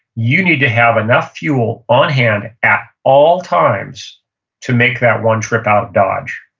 you need to have enough fuel on hand at all times to make that one trip out dodge